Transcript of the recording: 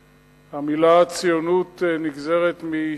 המלה ציונות נגזרת מציון.